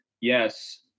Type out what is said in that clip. Yes